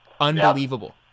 unbelievable